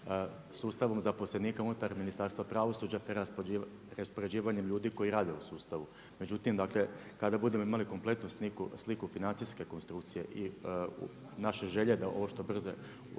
sustavom zaposlenika unutar Ministarstva pravosuđa te raspoređivanjem ljudi koji rade u sustavu. Međutim kada budemo imali kompletnu sliku financijske konstrukcije i naše želje da ovo do jeseni